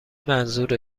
منظور